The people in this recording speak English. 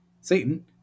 Satan